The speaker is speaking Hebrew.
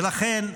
ולכן,